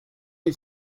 n’y